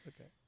Okay